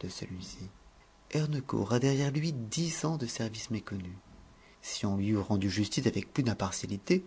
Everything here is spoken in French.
de celui-ci hernecourt a derrière lui dix ans de services méconnus si on lui eût rendu justice avec plus d'impartialité